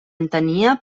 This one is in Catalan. entenia